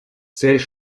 цель